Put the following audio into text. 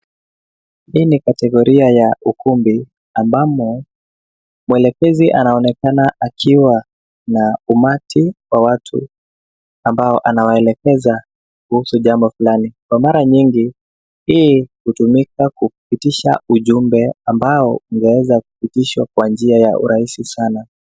Hii ni kategoria ya ukumbi ambamo mwelekezi anaonekana akiwa na umati wa watu ambao anawaelekeza kuhusu jambo fulani. Kwa mara nyingi hii hutumika kupitisha ujumbe ambao unaweza kupitishwa kwa njia rahisi sana.